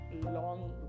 long